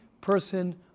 person